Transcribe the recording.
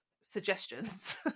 suggestions